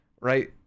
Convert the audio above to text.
Right